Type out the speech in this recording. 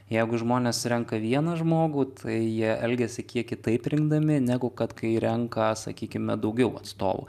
jeigu žmonės renka vieną žmogų tai jie elgiasi kiek kitaip rinkdami negu kad kai renka sakykime daugiau atstovų